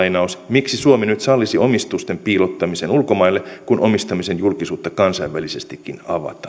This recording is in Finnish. miksi suomi nyt sallisi omistusten piilottamisen ulkomaille kun omistamisen julkisuutta kansainvälisestikin